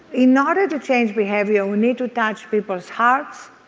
in order to change behavior we need to touch people's hearts,